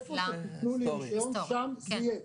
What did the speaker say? איפה שתיתנו לי רישיון - שם זה יהיה.